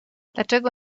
dlaczego